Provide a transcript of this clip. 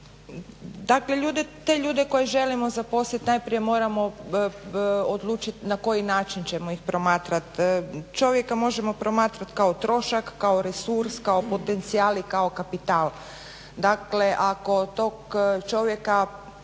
Dakle te ljude koje želimo zaposlit najprije moramo odlučit na koji način ćemo ih promatrat. Čovjeka možemo promatrat kao trošak, kao resurs, kao potencijal i kao kapital. Dakle ako tog čovjeka